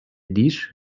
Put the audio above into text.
dish